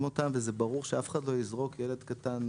אותם וזה ברור שאף אחד לא יזרוק ילד קטן,